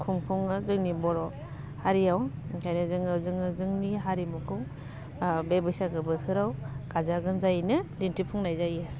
खुंफुङो जोंनि बर' हारियाव ओंखायनो जोङो जोङो जोंनि हारिमुखौ बे बैसागु बोथोराव गाजा गोमजायैनो दिन्थिफुंनाय जायो